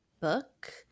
book